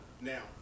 Now